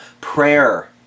Prayer